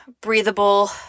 breathable